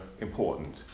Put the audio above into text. important